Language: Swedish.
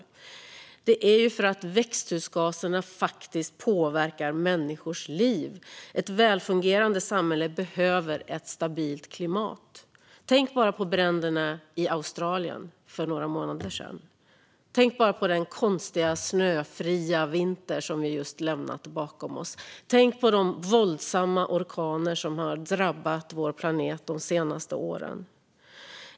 Vi ska göra det för att växthusgaserna faktiskt påverkar människors liv. Ett välfungerande samhälle behöver ett stabilt klimat. Tänk bara på bränderna i Australien för några månader sedan! Tänk bara på den konstiga snöfria vinter vi just lämnat bakom oss! Tänk på de våldsamma orkaner som de senaste åren har drabbat vår planet!